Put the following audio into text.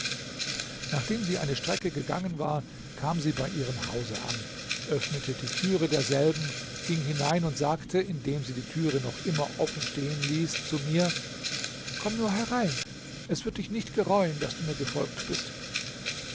nachdem sie eine strecke gegangen war kam sie bei ihrem hause an öffnete die türe desselben ging hinein und sagte indem sie die türe noch immer offen stehen ließ zu mir komm nur herein es wird dich nicht gereuen daß du mir gefolgt bist